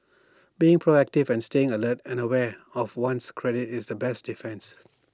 being proactive and staying alert and aware of one's credit is the best defence